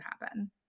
happen